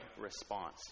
response